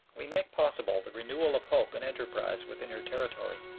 we make possible the renewal of hope and enterprise within her territory,